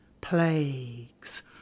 plagues